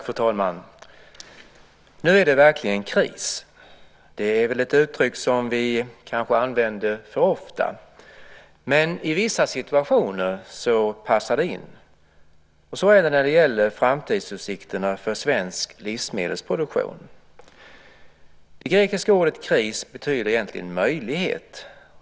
Fru talman! Nu är det verkligen kris. Det är ett uttryck som vi kanske använder för ofta. Men i vissa situationer passar det in. Så är det när det gäller framtidsutsikterna för svensk livsmedelsproduktion. Det grekiska ordet kris betyder egentligen möjlighet.